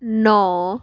ਨੌਂ